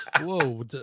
whoa